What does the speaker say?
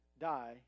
die